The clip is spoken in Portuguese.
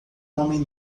homem